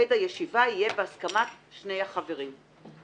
שמועד הישיבה יהיה בהסכמת שני החברים.